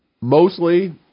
mostly –